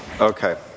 Okay